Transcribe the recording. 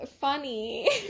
Funny